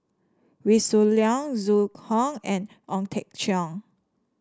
Wee Shoo Leong Zhu Hong and Ong Teng Cheong